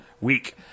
Week